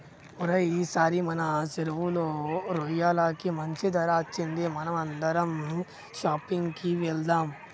ఓరై ఈసారి మన సెరువులో రొయ్యలకి మంచి ధర అచ్చింది మనం అందరం షాపింగ్ కి వెళ్దాం